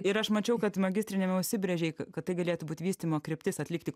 ir aš mačiau kad magistriniame užsibrėžei kad kad tai galėtų būti vystymo kryptis atlikti